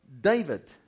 David